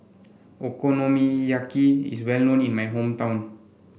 Okonomiyaki is well known in my hometown